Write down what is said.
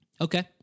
Okay